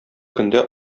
көндә